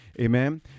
amen